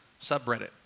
subreddit